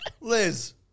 Liz